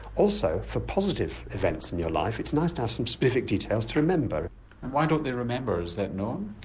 also for positive events in your life it's nice to have some specific details to remember. and why don't they remember, is that known?